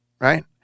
right